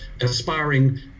aspiring